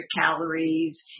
calories